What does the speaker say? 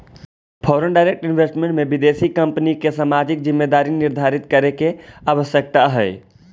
foreign direct investment में विदेशी कंपनिय के सामाजिक जिम्मेदारी निर्धारित करे के आवश्यकता हई